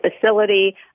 facility